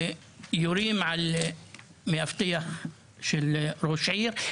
יורים על מאבטח של ראש עיר.